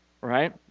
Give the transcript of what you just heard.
Right